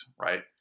right